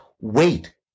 wait